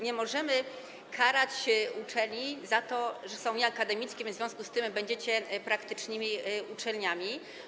Nie możemy karać uczelni za to, że są nieakademickie, więc w związku z tym będą praktycznymi uczelniami.